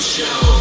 Show